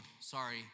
Sorry